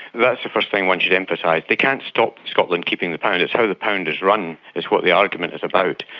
that's the first thing one should emphasise. they can't stop scotland keeping the pound, it's how the pound is run is what the argument is about.